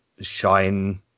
Shine